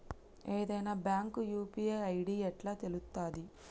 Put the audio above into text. ఏదైనా bank UPI ID ఎట్లా తెలుత్తది?